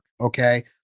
Okay